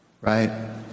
right